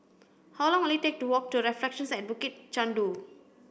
how long will it take to walk to Reflections at Bukit Chandu